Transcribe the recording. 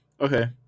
Okay